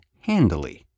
handily